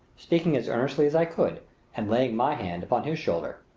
speaking as earnestly as i could and laying my hand upon his shoulder.